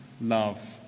love